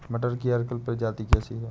मटर की अर्किल प्रजाति कैसी है?